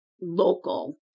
local